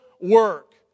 work